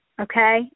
okay